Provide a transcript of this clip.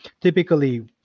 typically